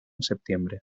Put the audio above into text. septiembre